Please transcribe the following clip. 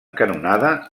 canonada